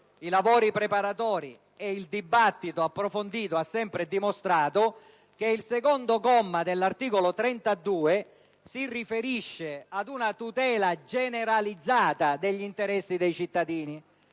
i lavoratori preparatori ed il dibattito approfondito hanno sempre dimostrato che il secondo comma dell'articolo 32 si riferisce ad una tutela generalizzata degli interessi dei cittadini.